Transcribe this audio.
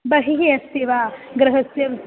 बहिः अस्ति वा गृहस्य